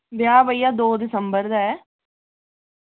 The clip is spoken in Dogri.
ब्याह् भैया दो दिसंबर गै